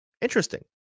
Interesting